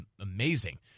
amazing